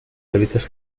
servicios